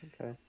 Okay